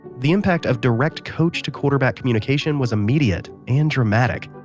the impact of direct coach to quarterback communication was immediate, and dramatic.